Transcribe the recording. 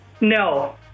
No